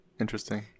interesting